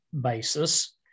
basis